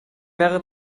mehrere